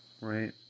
right